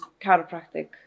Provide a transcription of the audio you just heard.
Chiropractic